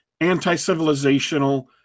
anti-civilizational